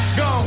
go